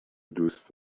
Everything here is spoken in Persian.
دوست